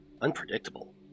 unpredictable